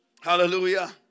Hallelujah